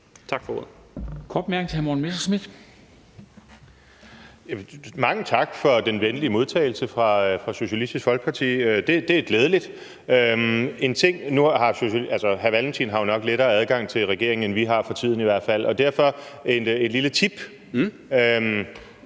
Tak for ordet.